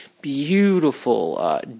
beautiful